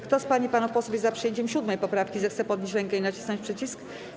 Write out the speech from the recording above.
Kto z pań i panów posłów jest za przyjęciem 7. poprawki, zechce podnieść rękę i nacisnąć przycisk.